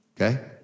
okay